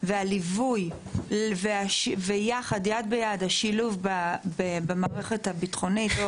והליווי ויחד, יד ביד, השילוב במערכת הביטחונית.